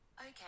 Okay